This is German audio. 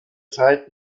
zeit